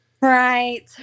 Right